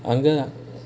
அதான்:athaan